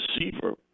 receiver